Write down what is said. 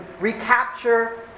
recapture